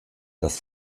das